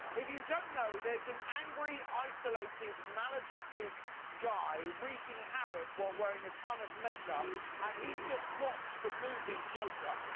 if you don't know, there's an angry isolated maladjusted guy wrecking havoc while wearing a ton of makeup and he just watched the movie joker.